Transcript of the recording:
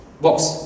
box